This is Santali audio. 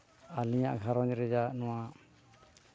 ᱟᱹᱞᱤᱧᱟᱜ ᱜᱷᱟᱨᱚᱸᱡᱽ ᱨᱮᱭᱟᱜ ᱱᱚᱣᱟ